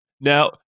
Now